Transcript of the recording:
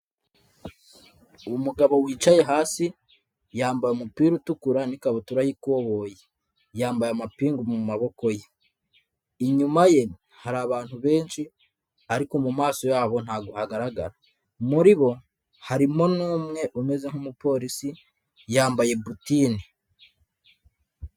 Umugabo wicaye hasi, yambaye umupira utukura n'ikabutura y'ikoboyi. Yambaye amapingu mu maboko ye. Inyuma ye hari abantu benshi ariko mu maso yabo ntabwo hagaragara. Muri bo harimo n'umwe umeze nk'umupolisi yambaye butini.